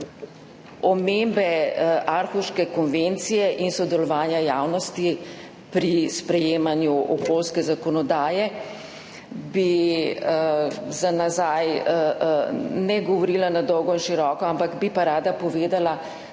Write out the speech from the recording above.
omembe Aarhuške konvencije in sodelovanja javnosti pri sprejemanju okoljske zakonodaje, za nazaj ne bi govorila na dolgo in široko, bi pa rada povedala,